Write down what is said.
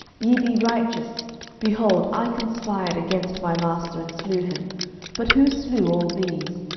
ye be righteous behold, i conspired against my master, and slew him but who slew all these?